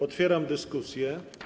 Otwieram dyskusję.